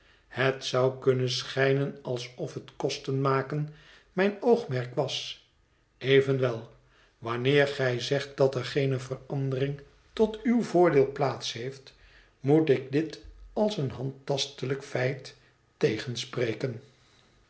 het zou kunnen schijnen alsof het kosten maken mijn oogmerk was evenwel wanneer gij zegt dat er geene verandering tot uw voordeel plaats heeft moet ik dit als een handtastelijk feit tegenspreken